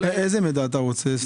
איזה מידע אתה רוצה?